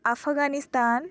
Afghanistan